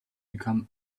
become